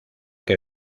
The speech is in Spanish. que